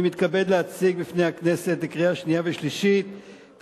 אני מתכבד להציג בפני הכנסת לקריאה שנייה ושלישית את